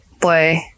boy